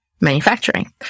manufacturing